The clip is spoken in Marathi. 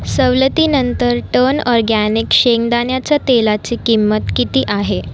सवलतीनंतर टर्न ऑर्ग्यानिक शेंगदाण्याच्या तेलाची किंमत किती आहे